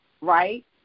right